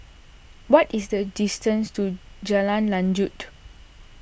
what is the distance to Jalan Lanjut